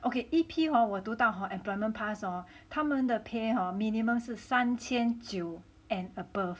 okay E_P hor 我读到 hor employment pass hor 他们的 pay hor minimum 是三千九 and above